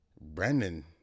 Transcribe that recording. Brandon